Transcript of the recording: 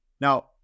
Now